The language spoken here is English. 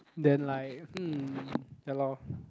then like mm ya lor